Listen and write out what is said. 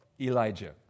Elijah